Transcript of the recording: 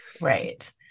Right